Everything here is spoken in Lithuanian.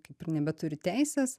kaip ir nebeturi teisės